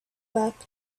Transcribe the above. wept